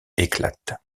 éclate